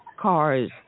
cars